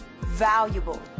valuable